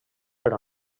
per